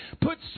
Put